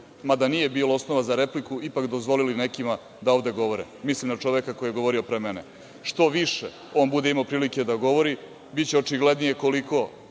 mada nije bilo osnova za repliku ipak dozvolili nekima da ovde govore, mislim na čoveka koji je govorio pre mene. Što više on bude imao prilike da govori biće očiglednije koliko